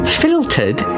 filtered